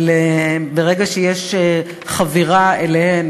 אבל ברגע שיש חבירה אליהן,